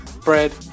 bread